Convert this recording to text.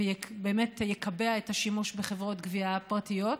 ובאמת ייקבע את השימוש בחברות גבייה פרטיות,